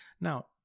Now